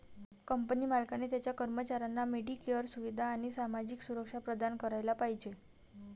company मालकाने त्याच्या कर्मचाऱ्यांना मेडिकेअर सुविधा आणि सामाजिक सुरक्षा प्रदान करायला पाहिजे